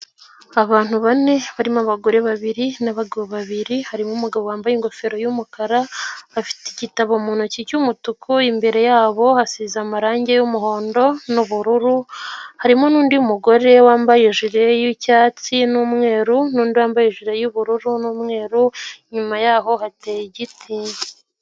Abantu bane barimo abagore babiri n'abagabo babiri harimo umugabo wambaye ingofero y'umukara afite igitabo mu ntoki cy'umutuku imbere yabo hasize amarangi y'umuhondo n'ubururu harimo nundi mugore wambaye ijire y'cyatsi n'umweru nundi wambaye ijire y'ubururu n'umweru inyuma yaho hateye ijyiti.